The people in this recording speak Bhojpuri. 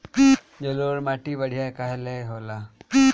जलोड़ माटी बढ़िया काहे होला?